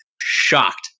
shocked